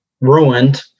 ruined